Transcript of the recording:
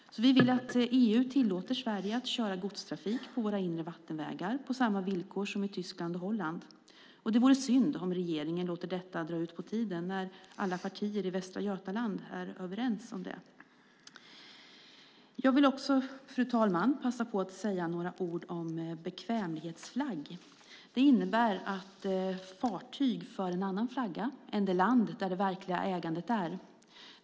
Vi vill att EU tillåter Sverige att köra godstrafik på våra inre vattenvägar på samma villkor som i Tyskland och i Holland. Det vore synd om regeringen låter detta dra ut på tiden när alla partier i Västra Götaland är överens. Fru talman! Jag vill passa på att säga några ord om bekvämlighetsflagg. Det innebär att fartyg för en annan flagga än det land där det verkligen ägandet finns.